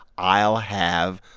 i'll have,